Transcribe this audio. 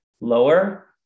lower